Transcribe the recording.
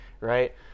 Right